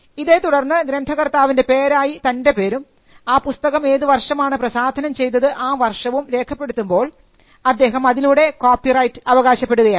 ഇതേതുടർന്ന് ഗ്രന്ഥകർത്താവിൻറെ പേരായി തൻറെ പേരും ആ പുസ്തകം ഏത് വർഷമാണ് പ്രസാധനം ചെയ്തത് ആ വർഷവും രേഖപ്പെടുത്തുമ്പോൾ അദ്ദേഹം അതിലൂടെ കോപ്പിറൈറ്റ് ആവകാശപ്പെടുകയാണ്